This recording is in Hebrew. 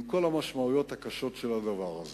עם כל המשמעויות הקשות של הדבר הזה.